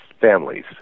families